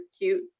cute